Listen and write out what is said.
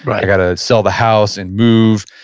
but i've got to sell the house and move.